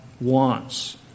wants